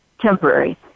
temporary